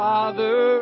Father